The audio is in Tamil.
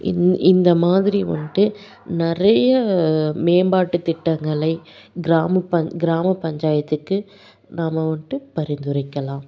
இந் இந்த மாதிரி வந்துட்டு நிறைய மேம்பாட்டு திட்டங்களை கிராம பஞ் கிராம பஞ்சாயத்துக்கு நாம வந்துட்டு பரிந்துரைக்கலாம்